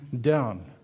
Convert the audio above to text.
down